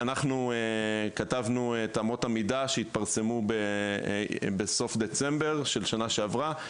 אנחנו כתבנו את אמות המידה שהתפרסמו בסוף דצמבר של השנה שעברה.